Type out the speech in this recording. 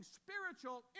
spiritual